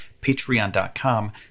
Patreon.com